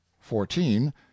fourteen